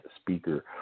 speaker